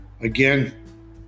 Again